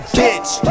bitch